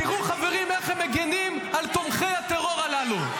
תראו, חברים, איך הם מגינים על תומכי הטרור הללו.